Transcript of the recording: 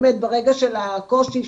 באמת ברגע של הקושי,